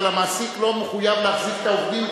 אבל המעסיק לא מחויב להחזיק את העובדים.